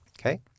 Okay